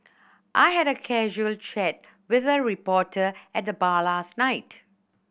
I had a casual chat with a reporter at the bar last night